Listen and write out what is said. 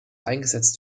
eingesetzt